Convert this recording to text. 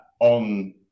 on